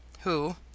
who